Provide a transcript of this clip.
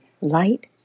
light